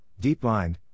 DeepMind